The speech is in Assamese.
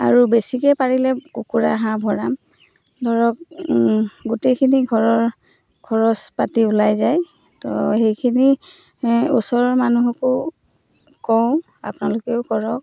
আৰু বেছিকৈ পাৰিলে কুকুৰা হাঁহ ভৰাম ধৰক গোটেইখিনি ঘৰৰ খৰচ পাতি ওলাই যায় তো সেইখিনি ওচৰৰ মানুহকো কওঁ আপোনালোকেও কৰক